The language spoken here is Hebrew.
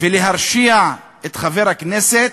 ולהרשיע את חבר הכנסת,